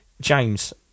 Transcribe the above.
James